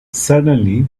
suddenly